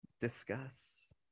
Discuss